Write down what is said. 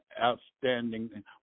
outstanding